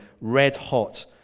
red-hot